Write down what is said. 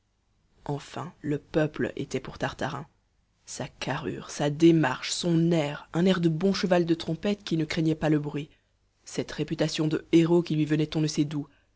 enfin le peuple était pour tartarin sa carrure sa démarche son air un air de bon cheval de trompette qui ne craignait pas le bruit cette réputation de héros qui lui venait on ne sait d'où